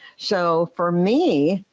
so, for me,